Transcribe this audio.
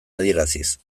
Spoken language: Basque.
adieraziz